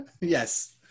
Yes